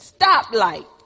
stoplight